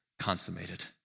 consummated